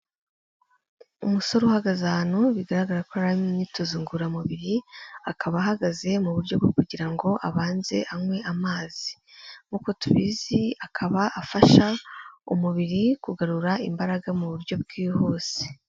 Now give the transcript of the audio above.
Umusore uhagaze ahantu bigaragara ko yari ari mu myitozo ngororamubiri, akaba ahagaze mu buryo bwo kugira ngo abanze anywe amazi, nk'uko tubizi akaba afasha umubiri kugarura imbaraga mu buryo bwihuse.